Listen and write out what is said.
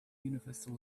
universal